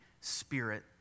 Spirit